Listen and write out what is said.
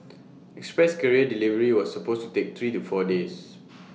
express courier delivery was supposed to take three to four days